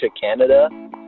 Canada